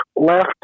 left